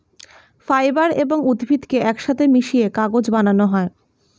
fibre এবং উদ্ভিদকে একসাথে মিশিয়ে কাগজ বানানো হয়